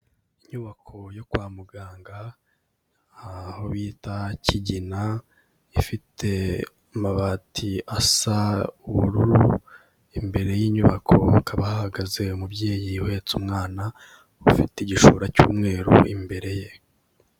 Inyubako yo kwa muganga aho bita Kigina, ifite amabati asa ubururu, imbere y'inyubako bakaba hahagaze umubyeyi uhetse umwana, ufite igishura cy'umweru imbere ye.